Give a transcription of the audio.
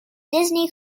disney